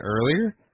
earlier